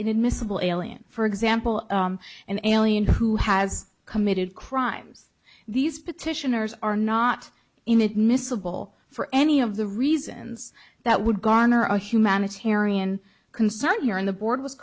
inadmissible aliens for example an alien who has committed crimes these petitioners are not inadmissible for any of the reasons that would garner a humanitarian concern here in the board w